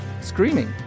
screaming